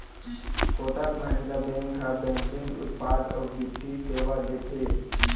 Kotak Mahindra bank ह banking उत्पाद अउ बित्तीय सेवा देथे